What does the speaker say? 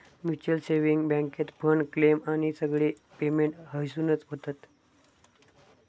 mutual saving बॅन्केत fund, claim आणि सगळे पेमेंट हयसूनच होतत